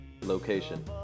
location